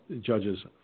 judges